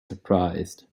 surprised